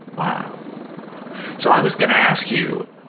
wow so i was going to ask you,